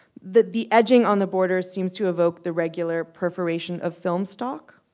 that the edging on the border seems to evoke the regular perforation of film stock